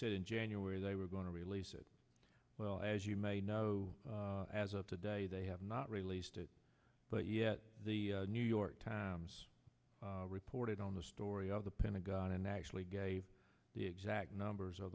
it in january they were going to release it well as you may know as of today they have not released it but yet the new york times reported on the story of the pentagon and actually gave the exact numbers